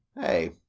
Hey